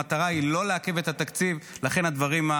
המטרה היא לא לעכב את התקציב, ולכן מה שמסיימים